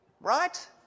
Right